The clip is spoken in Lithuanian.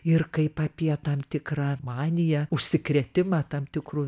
ir kaip apie tam tikrą maniją užsikrėtimą tam tikru